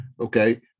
Okay